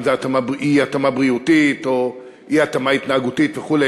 אם זו אי-התאמה בריאותית או אי-התאמה התנהגותית וכו'